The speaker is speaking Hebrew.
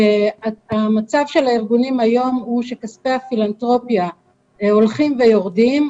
מצב הארגונים כיום הוא שכספי הפילנתרופיה הולכים יורדים,